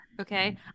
Okay